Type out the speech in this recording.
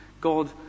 God